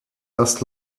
das